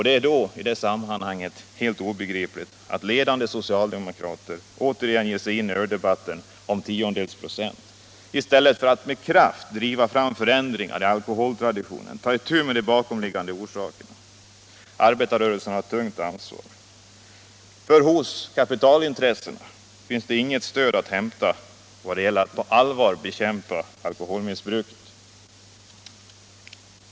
Det är då helt obegripligt att ledande socialdemokrater återigen ger sig in i en öldebatt om tiondels procent i stället för att med kraft driva fram förändringar i alkoholtraditionerna och ta itu med de bakomliggande orsakerna. Arbetarrörelsen har ett tungt ansvar. För hos kapitalintressena finns det inget stöd att hämta när det gäller att på allvar bekämpa alkoholmissbruket.